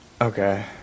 Okay